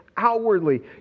Outwardly